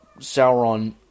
Sauron